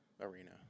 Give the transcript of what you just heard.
arena